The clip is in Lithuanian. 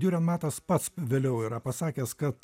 diurenmatas pats vėliau yra pasakęs kad